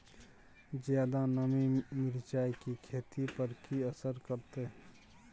ज्यादा नमी मिर्चाय की खेती पर की असर करते?